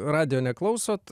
radijo neklausot